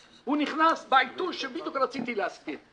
הוא נכנס בעיתוי שבדיוק רציתי להסביר.